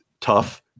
tough